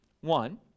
one